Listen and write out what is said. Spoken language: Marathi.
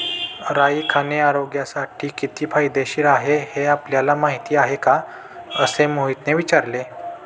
राई खाणे आरोग्यासाठी किती फायदेशीर आहे हे आपल्याला माहिती आहे का? असे मोहितने विचारले